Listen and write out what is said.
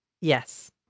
Yes